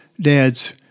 dads